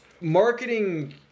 marketing